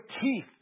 teeth